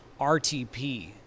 RTP